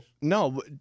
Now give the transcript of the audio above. No